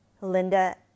Linda